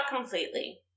completely